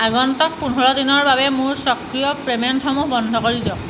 আগন্তুক পোন্ধৰ দিনৰ বাবে মোৰ স্বক্ৰিয় পে'মেণ্টসমূহ বন্ধ কৰি দিয়ক